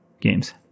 games